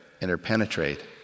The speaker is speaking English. interpenetrate